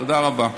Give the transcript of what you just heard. תודה רבה.